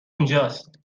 اونجاست